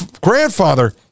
grandfather